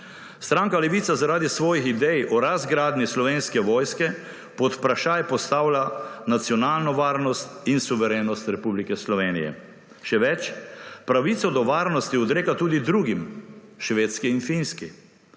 Stranka Levica zaradi svojih idej o razgradnji slovenske vojske pod vprašaj postavlja nacionalno varnost in suverenost Republike Slovenije. Še več, pravico do varnosti odreka tudi drugim – Švedski in Finski.